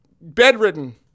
bedridden